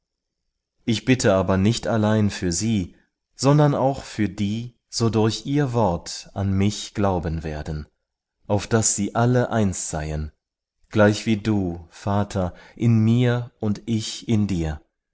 ich bitte aber nicht allein für sie sondern auch für die so durch ihr wort an mich glauben werden auf daß sie alle eins seien gleichwie du vater in mir und ich in dir